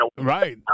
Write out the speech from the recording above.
right